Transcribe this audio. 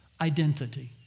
identity